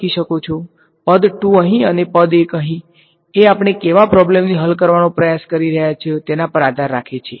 પદ ૨ અહીં અને પદ ૧ અહી એ આપણે કેવા પ્રોબ્લેમને હલ કરવાનો પ્રયાસ કરી રહ્યા છો તેના પર આધાર રાખે છે